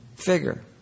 figure